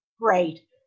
Great